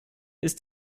ist